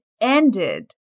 ended